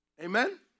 Amen